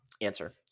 Answer